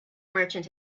merchant